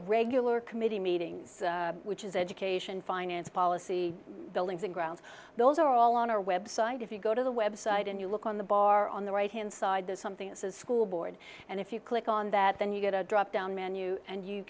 regular committee meetings which is education finance policy buildings and grounds those are all on our website if you go to the website and you look on the bar on the right hand side there's something that says school board and if you click on that then you get a dropdown menu and you